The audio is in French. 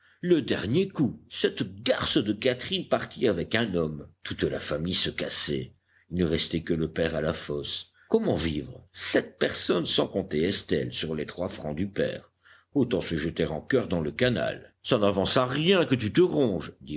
le dernier coup cette garce de catherine partie avec un homme toute la famille se cassait il ne restait que le père à la fosse comment vivre sept personnes sans compter estelle sur les trois francs du père autant se jeter en choeur dans le canal ça n'avance à rien que tu te ronges